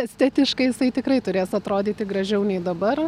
estetiškai jisai tikrai turės atrodyti gražiau nei dabar